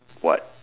what